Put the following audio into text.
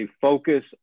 focus